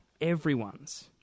everyone's